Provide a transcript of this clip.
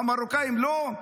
המרוקאים לא?